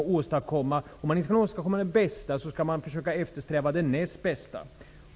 Om man inte kan åstadkomma det bästa, skall man försöka eftersträva det näst bästa.